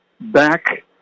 back